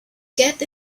get